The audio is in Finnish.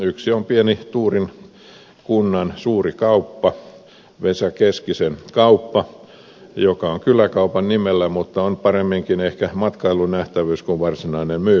yksi on pienen tuurin kunnan suuri kauppa vesa keskisen kauppa joka on kyläkaupan nimellä mutta on paremminkin ehkä matkailunähtävyys kuin varsinainen myymälä